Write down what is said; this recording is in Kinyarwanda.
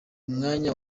mwanya